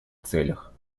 целях